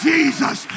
Jesus